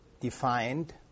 defined